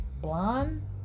blonde